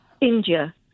India